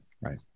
right